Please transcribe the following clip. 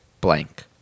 blank